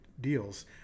deals